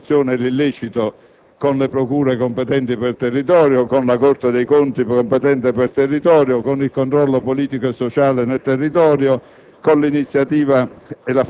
dovendosi contrastare la corruzione e l'illecito con le procure competenti per territorio, con la Corte dei conti competente per territorio, con il controllo politico e sociale nel territorio,